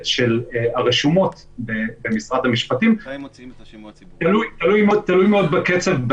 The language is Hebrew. של הרשומות במשרד המשפטים תלוי מאוד בקצב,